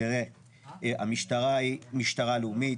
המשטרה היא משטרה לאומית,